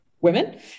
women